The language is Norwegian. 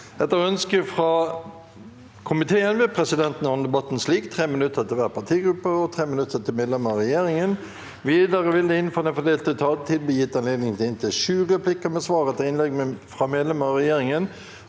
og forsvarskomiteen vil presidenten ordne debatten slik: 3 minutter til hver partigruppe og 3 minutter til medlemmer av regjeringen. Videre vil det – innenfor den fordelte taletid – bli gitt anledning til inntil sju replikker med svar etter innlegg fra medlemmer av regjeringen,